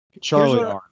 Charlie